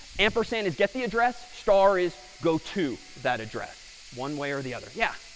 ampersand is get the address, star is go to that address, one way or the other. yeah?